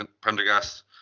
Prendergast